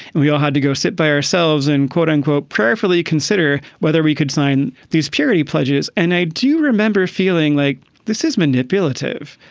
and we all had to go sit by ourselves and quote unquote, prayerfully consider whether we could sign these purity pledges. and i do remember feeling like this is manipulative,